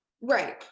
right